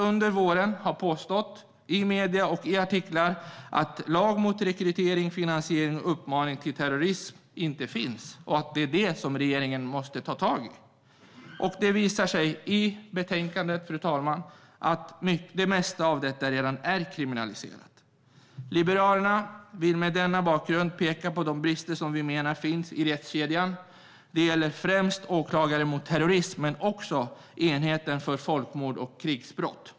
Under våren har man påstått i medier och i artiklar att lag mot rekrytering till, finansiering av och uppmaning till terrorism inte finns och att det är det som regeringen måste ta tag i. Det visar sig i betänkandet, fru talman, att det mesta av detta redan är kriminaliserat. Liberalerna vill med denna bakgrund peka på de brister som vi menar finns i rättskedjan. Det gäller främst åklagare i fråga om terrorism men också enheten för folkmord och krigsbrott.